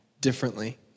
differently